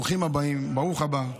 ברוכים הבאים, ברוך הבא.